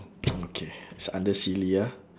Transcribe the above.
okay it's under silly ah